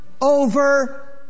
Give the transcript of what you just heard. over